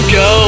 go